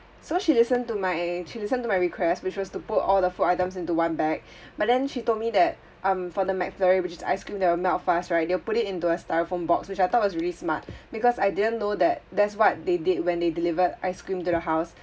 so she listened to my she listened to my request which was to put all the food items into one bag but then she told me that um for the mcflurry which is ice cream that will melt fast right they'll put it into a styrofoam box which I thought was really smart because I didn't know that that's what they did when they delivered ice cream to the house